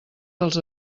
dels